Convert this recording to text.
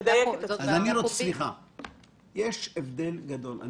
יש תחרות.